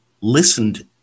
listened